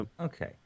okay